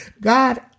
God